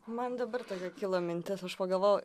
man dabar tokia kilo mintis aš pagavau